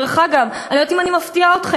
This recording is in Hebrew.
דרך אגב, אני לא יודעת אם אני מפתיעה אתכם: